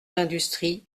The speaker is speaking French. l’industrie